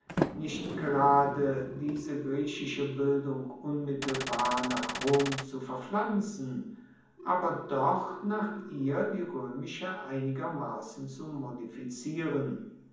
nicht gerade diese griechische bildung unmittelbar nach rom zu verpflanzen aber doch nach ihr die roemische einigermassen zu modifizieren